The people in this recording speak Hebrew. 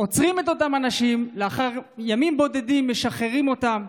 עוצרים את אותם אנשים ולאחר ימים בודדים משחררים אותם.